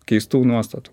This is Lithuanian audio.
keistų nuostatų